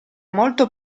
molto